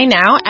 now